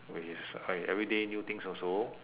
oh yes ah every day new things also